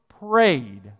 Prayed